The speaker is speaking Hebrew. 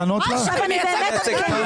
היא לא מייצגת את המדינה.